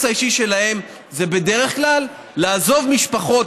האישי שלהם זה בדרך כלל לעזוב משפחות,